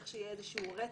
צריך שיהיה איזשהו רצף,